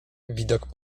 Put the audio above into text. widok